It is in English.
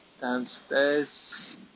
downstairs